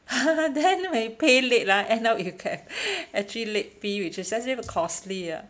then when you pay late ah end up you have actually late fee which is actually costly ah